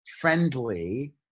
friendly